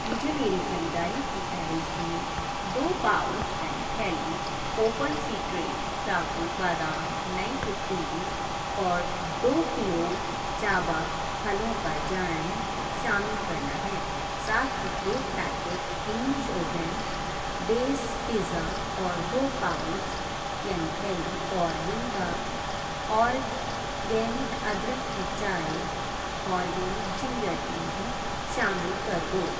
مجھے میری خریداری کی فہرست میں دو پاؤچ یعنی تھیلی اوپن سیکرٹ چاکو بادام نئی کوکیز اور دو کلو چابا پھلوں کا جیم شامل کرنا ہے ساتھ میں ایک packet English oven base pizza اور دو پاؤچ یعنی تھیلی آرگینک کا آرگینک ادرک کی چائے آرگینک جنجر ٹی بھی شامل کر دو